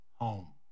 home